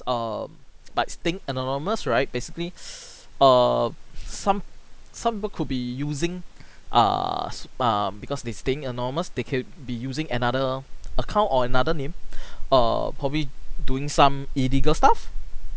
um but staying anonymous right basically o err some some people could be using err su~ err because they staying anonymous they can be using another account or another name err probably doing some illegal stuff